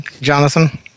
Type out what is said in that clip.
Jonathan